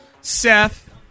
Seth